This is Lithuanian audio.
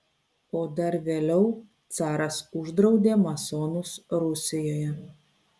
o dar vėliau caras uždraudė masonus rusijoje